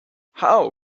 how